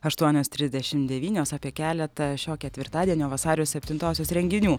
aštuonios trisdešimt devynios apie keletą šio ketvirtadienio vasario septintosios renginių